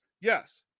Yes